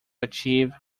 achieve